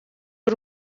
y’u